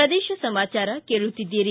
ಪ್ರದೇಶ ಸಮಾಚಾರ ಕೇಳುತ್ತೀದ್ದಿರಿ